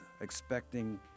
expecting